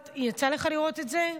יצא לך לראות את זה?